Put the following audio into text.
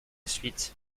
suite